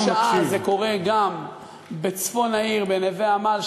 באותה שעה זה קורה גם בצפון העיר, בנווה-עמל.